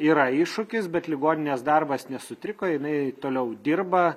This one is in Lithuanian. yra iššūkis bet ligoninės darbas nesutriko jinai toliau dirba